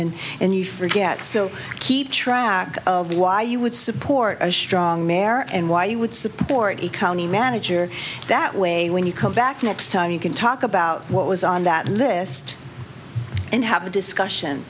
and and you forget so keep track of why you would support a strong mare and why you would support a county manager that way when you come back next time you can talk about what was on that list and have a discussion